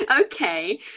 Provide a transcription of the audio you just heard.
okay